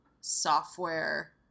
software